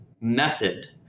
method